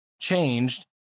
changed